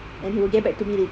and he will get back to me later